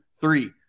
three